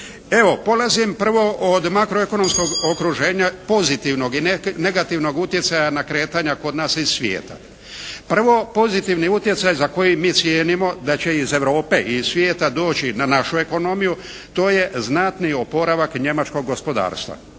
Evo, polazim prvo od makro ekonomskog okruženja pozitivnog i negativnog utjecaja na kretanja kod nas iz svijeta. Prvo, pozitivni utjecaj za koji mi cijenimo da će iz Europe i svijeta doći na našu ekonomiju to je znatni oporavak njemačkog gospodarstva.